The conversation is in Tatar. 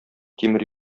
тимер